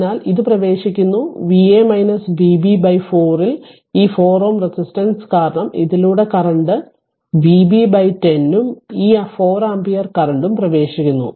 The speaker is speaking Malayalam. അതിനാൽ ഇത് പ്രവേശിക്കുന്നു Va Vb 4 ൽ ഈ 4 Ω റെസിസ്റ്റൻസ് കാരണം ഇതിലൂടെ കറന്റ് Vb10 ഉം ഈ 4 ആമ്പിയർ കറന്റും പ്രവേശിക്കുന്നു